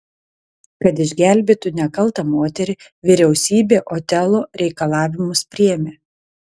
kad išgelbėtų nekaltą moterį vyriausybė otelo reikalavimus priėmė